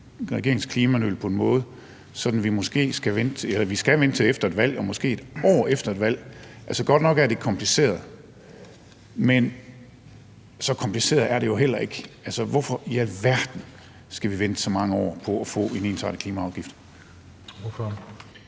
regeringsklimanøl på en måde, sådan at vi skal vente til efter et valg og måske et år efter et valg? Godt nok er det kompliceret, men så kompliceret er det jo heller ikke. Hvorfor i alverden skal vi vente så mange år på at få en ensartet klimaafgift?